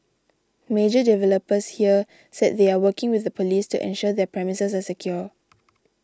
major developers here said they are working with the police to ensure their premises are secure